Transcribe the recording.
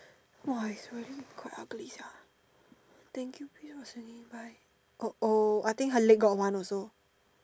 !wah! it's really quite ugly sia thank you babe for seventy five oh oh I think her leg got one also